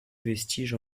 vestige